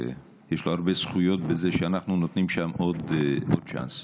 יש לו הרבה זכויות בזה שאנחנו נותנים שם עוד צ'אנס.